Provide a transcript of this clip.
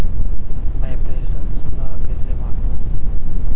मैं प्रेषण सलाह कैसे मांगूं?